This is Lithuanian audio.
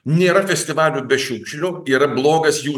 nėra festivalių be šiukšlių yra blogas jų